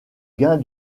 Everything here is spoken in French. gain